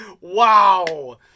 Wow